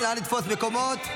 נא לתפוס מקומות.